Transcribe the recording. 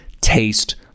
taste